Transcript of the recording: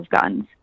guns